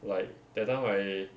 like that time I